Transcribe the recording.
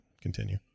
continue